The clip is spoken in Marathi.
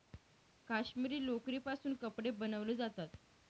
काश्मिरी लोकरीपासून कपडे बनवले जातात